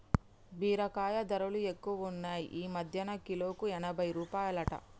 బీరకాయ ధరలు ఎక్కువున్నాయ్ ఈ మధ్యన కిలోకు ఎనభై రూపాయలట